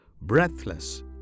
breathless